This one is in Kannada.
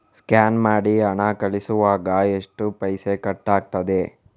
ಸ್ಕ್ಯಾನ್ ಮಾಡಿ ಹಣ ಕಳಿಸುವಾಗ ಎಷ್ಟು ಪೈಸೆ ಕಟ್ಟಾಗ್ತದೆ?